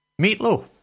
meatloaf